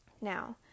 Now